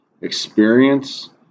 experience